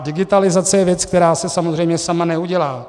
Digitalizace je věc, která se samozřejmě sama neudělá.